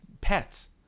pets